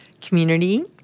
community